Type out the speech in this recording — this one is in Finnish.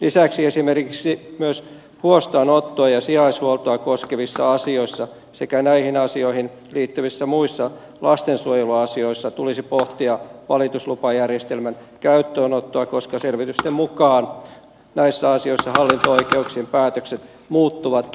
lisäksi esimerkiksi huostaanottoa ja sijaishuoltoa koskevissa asioissa sekä näihin asioihin liittyvissä muissa lastensuojeluasioissa tulisi pohtia valituslupajärjestelmän käyttöönottoa koska selvitysten mukaan näissä asioissa hallinto oikeuk sien päätökset muuttuvat harvoin